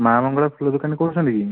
ମାଁ ମଙ୍ଗଳା ଫୁଲ ଦୋକାନରୁ କହୁଛନ୍ତି କି